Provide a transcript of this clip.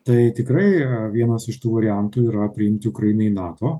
tai tikrai vienas iš tų variantų yra prijungti ukrainą į nato